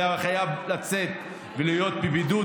שהיה חייב לצאת ולהיות בבידוד,